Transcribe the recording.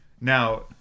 Now